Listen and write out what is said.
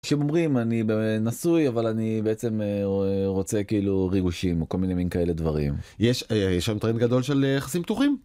כשאומרים אני נשוי אבל אני בעצם רוצה כאילו ריגושים וכל מיני מיני כאלה דברים. יש שם טרנד גדול של יחסים פתוחים